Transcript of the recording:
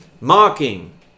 Mocking